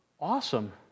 awesome